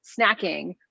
snacking